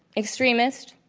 extremist,